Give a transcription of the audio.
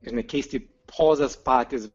žinai keisti pozas patys